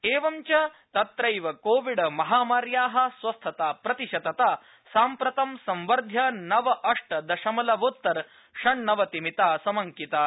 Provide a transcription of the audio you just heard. एवञ्च तत्रैव कोविड महामार्या स्वस्थताप्रतिशतता साम्प्रतं संवर्ध्य नव अष्ट दशमलवोत्तर षण्णवतिमिता अड़किता